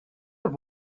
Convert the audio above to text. have